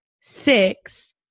six